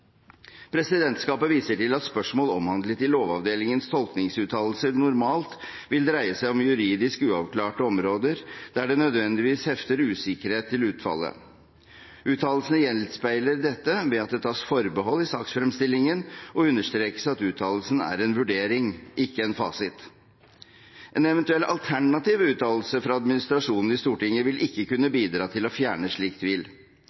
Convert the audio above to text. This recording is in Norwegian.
Presidentskapet viser til at spørsmål omhandlet i Lovavdelingens tolkningsuttalelser normalt vil dreie seg om juridisk uavklarte områder der det nødvendigvis hefter usikkerhet til utfallet. Uttalelsene gjenspeiler dette ved at det tas forbehold i saksfremstillingen og understrekes at uttalelsen er en vurdering – ikke en fasit. En eventuell «alternativ» uttalelse fra administrasjonen i Stortinget vil ikke kunne bidra til å fjerne slik